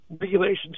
regulations